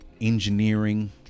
engineering